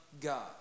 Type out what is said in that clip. God